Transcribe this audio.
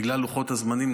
בגלל לוחות הזמנים,